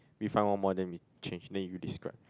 we find one more then we change then you describe